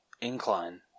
incline